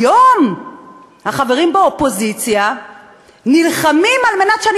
היום החברים באופוזיציה נלחמים כדי שאני